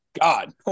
God